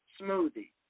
smoothie